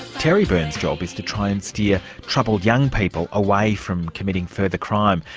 terry byrnes's job is to try and steer troubled young people away from committing further crime,